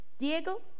Diego